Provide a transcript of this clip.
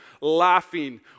laughing